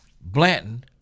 Blanton